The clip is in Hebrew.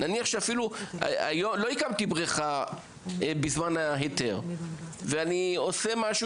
לא הקמתי בריכה בזמן ההיתר ואני עושה משהו